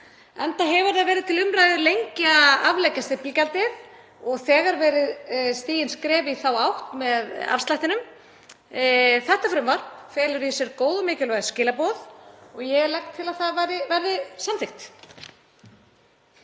enda hefur það verið til umræðu lengi að afleggja stimpilgjaldið og þegar verið stigin skref í þá átt með afslættinum. Þetta frumvarp felur í sér góð og mikilvæg skilaboð og ég legg til að það verði samþykkt.